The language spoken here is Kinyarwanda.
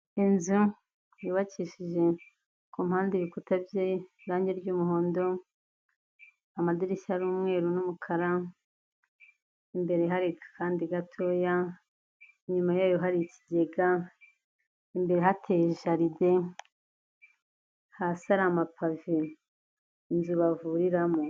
Inzu yubakishije ku mpande ibikuta by’irangi ry'umuhondo amadirishya ari umweru n'umukara imbere hari akandi gatoya inyuma yayo hari ikigega imbere hateye jaride hasi ari amapave inzu bavuriramo.